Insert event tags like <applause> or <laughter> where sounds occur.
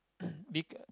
<coughs> big